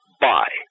Bye